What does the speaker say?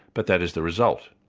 but that is the result.